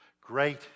great